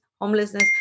homelessness